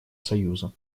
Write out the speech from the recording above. союза